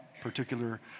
particular